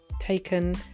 taken